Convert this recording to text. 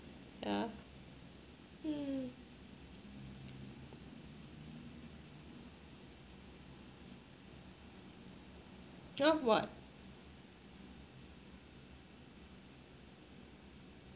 yeah mm yeah what